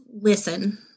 listen